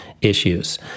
issues